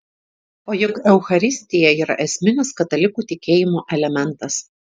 o juk eucharistija yra esminis katalikų tikėjimo elementas